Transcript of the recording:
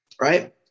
right